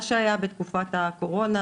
מה שהיה בתקופת הקורונה,